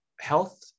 health